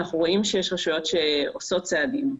אנחנו רואים שיש רשויות שעושות צעדים.